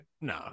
no